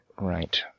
Right